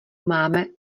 máme